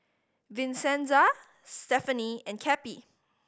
Vincenza Stefanie and Cappie